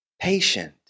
patient